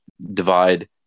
divide